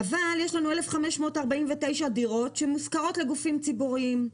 אבל יש לנו 1,549 דירות שמושכרות לגופים ציבוריים,